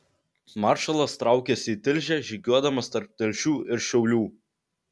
maršalas traukėsi į tilžę žygiuodamas tarp telšių ir šiaulių